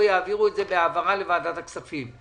או יעבירו את זה בהעברה לוועדת הכספים.